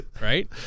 right